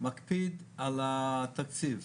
מקפיד על התקציב.